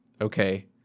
okay